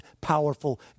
powerful